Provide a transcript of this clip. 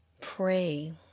pray